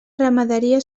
ramaderia